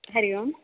Hari Om